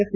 F